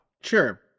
Sure